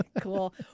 Cool